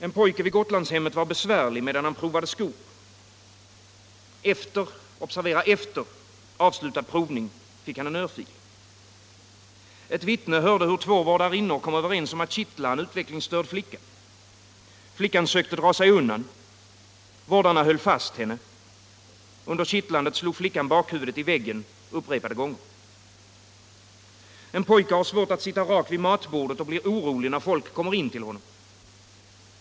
En pojke vid Gotlandshemmet var besvärlig medan han provade skor. Efter — observera efter — avslutad provning fick han en örfil. Ett vittne hörde hur två vårdarinnor kom överens om att kittla en utvecklingsstörd flicka. Flickan sökte dra sig undan. Vårdarna höll fast henne. Under kittlandet slog flickan bakhuvudet i väggen upprepade gånger. En pojke har svårt att sitta rak vid matbordet och blir orolig när folk kommer in till honom.